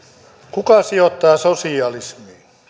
kuka sijoittaa sosialismiin